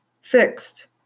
Fixed